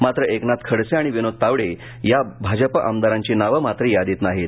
मात्र क्रिनाथ खडसे आणि विनोद तावडे या भाजपा आमदारांची नावं मात्र यादीत नाहीत